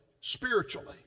spiritually